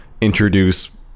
introduce